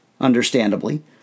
Understandably